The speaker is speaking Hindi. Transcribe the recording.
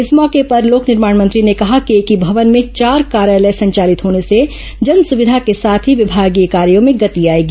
इस मौके पर लोक निर्माण मंत्री ने कहा कि एक ही भवन में चार कार्यालय संचालित होने से जनसुविधा के साथ ही विभागीय कार्यों में गति आएगी